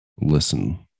listen